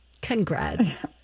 Congrats